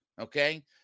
okay